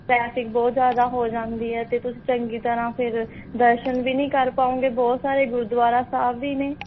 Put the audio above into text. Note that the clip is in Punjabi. ਟਰੈਫਿਕ ਬਹੁਤ ਜ਼ਿਆਦਾ ਹੋ ਜਾਂਦੀ ਹੈ ਅਤੇ ਤੁਸੀਂ ਚੰਗੀ ਤਰ੍ਹਾਂ ਫਿਰ ਦਰਸ਼ਨ ਵੀ ਨਹੀਂ ਕਰ ਪਾਉਗੇ ਬਹੁਤ ਸਾਰੇ ਗੁਰਦੁਆਰਾ ਸਾਹਿਬ ਵੀ ਨੇ